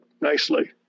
nicely